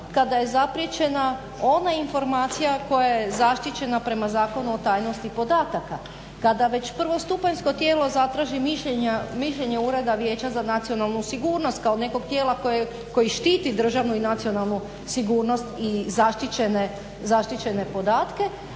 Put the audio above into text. kada je zapriječena ona informacija koja je zaštićena prema Zakonu o tajnosti podataka kada već prvostupanjsko tijelo zatraži mišljenja Ureda vijeća za nacionalnu sigurnost kao nekog tijela koje štiti državnu i nacionalnu sigurnost i zaštićene podatke.